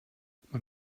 man